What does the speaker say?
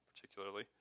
particularly